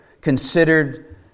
considered